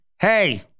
hey